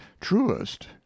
truest